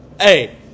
Hey